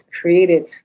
created